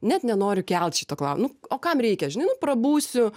net nenoriu kelt šito klau nu o kam reikia žinai nu prabūsiu